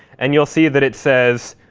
and you'll see that it says,